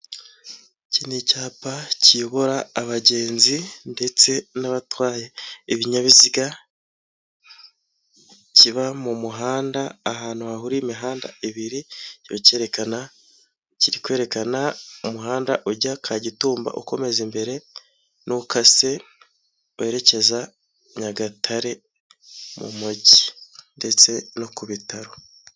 Iki ni icyapa kiyobora abagenzi ndetse n'abatwaye ibinyabiziga kiba mu muhanda ahantu hahuriye imihanda ibiri kiba kerekana kiri kwerekana umuhanda ujya kagitumba ukomeza imbere n'ukase werekeza Nyagatare mu mujyi ndetse no ku bitaro.